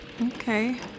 Okay